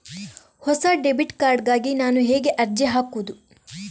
ಹೊಸ debit card ಗಾಗಿ ನಾನು ಹೇಗೆ ಅರ್ಜಿ ಹಾಕುದು?